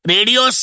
Radio